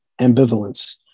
ambivalence